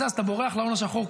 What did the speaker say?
אז אתה בורח להון שחור.